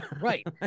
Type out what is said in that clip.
Right